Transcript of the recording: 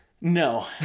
no